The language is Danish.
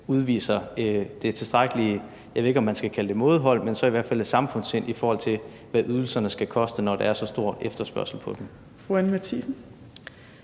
udvise det tilstrækkelige, jeg ved ikke, om man skal kalde det mådehold, men i hvert fald samfundssind, i forhold til hvad ydelserne skal koste, når der er så stor efterspørgsel på dem. Kl. 15:41 Fjerde